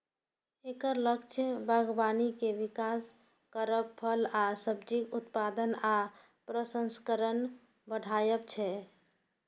एकर लक्ष्य बागबानी के विकास करब, फल आ सब्जीक उत्पादन आ प्रसंस्करण बढ़ायब छै